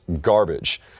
Garbage